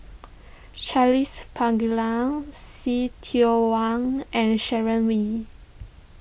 Charles Paglar See Tiong Wah and Sharon Wee